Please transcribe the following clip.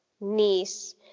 niece